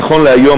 נכון להיום,